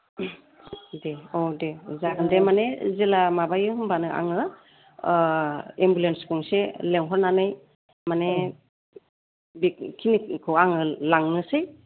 दे अ दे जागोन दे माने जेला माबायो होमब्लानो आङो एम्बुलेन्स गंसे लिंहरनानै माने बेखिनिखौ आङो लांनोसै